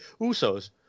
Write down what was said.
USOs